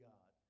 God